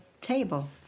table